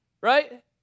right